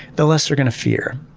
the less they're going to fear.